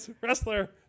Wrestler